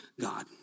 God